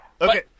Okay